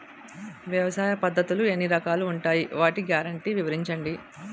వ్యవసాయ పద్ధతులు ఎన్ని రకాలు ఉంటాయి? వాటి గ్యారంటీ వివరించండి?